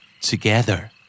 Together